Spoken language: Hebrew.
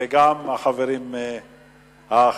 וגם החברים האחרים.